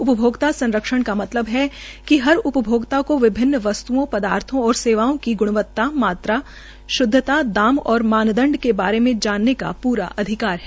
उपभोक्ता संरक्षण का मतलब है कि हर उपभोक्ता को विभिन्न वस्त्रों पदार्थो और सेवाओं की गुणवता मात्रा शुद्वता दाम और मान दंड के बारे में जानने का पूरा अधिकार है